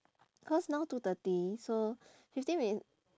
cause now two thirty so fifteen min~